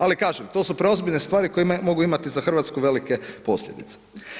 Ali, kažem to su preozbiljne stvari, koje mogu imati za Hrvatsku velike posljedice.